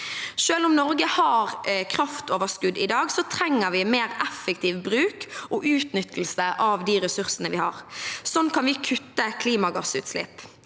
Selv om Norge har kraftoverskudd i dag, trenger vi mer effektiv bruk og utnyttelse av de ressursene vi har. Slik kan vi kutte klimagassutslipp.